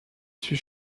suis